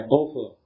offer